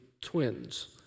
twins